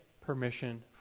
permission